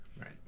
Right